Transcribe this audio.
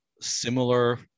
similar